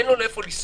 אין לו לאן לנסוע.